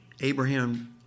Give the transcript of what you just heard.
Abraham